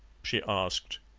she asked.